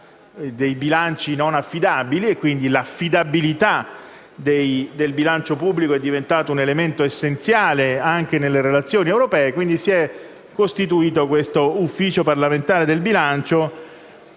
a bilanci non affidabili; pertanto, l'affidabilità del bilancio pubblico è diventata un elemento essenziale anche nelle relazioni europee. Si è, quindi, costituito l'Ufficio parlamentare del bilancio,